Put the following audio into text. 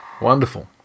wonderful